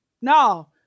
no